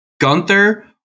gunther